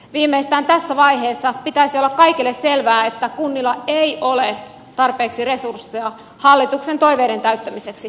viimeistään tässä vaiheessa pitäisi olla kaikille selvää että kunnilla ei ole tarpeeksi resursseja hallituksen toiveiden täyttämiseksi